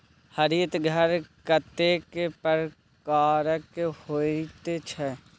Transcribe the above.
हरित घर कतेक प्रकारक होइत छै?